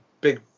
big